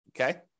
okay